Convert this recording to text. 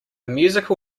musical